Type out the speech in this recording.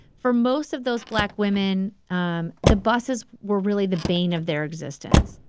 for most of those black women um the buses were really the bane of their existence.